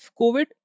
covid